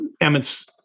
Emmett's